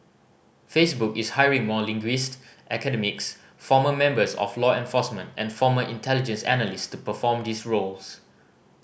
Facebook is hiring more linguist academics former members of law enforcement and former intelligence analyst to perform these roles